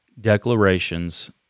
declarations